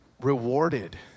rewarded